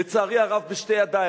לצערי הרב, בשתי ידיים.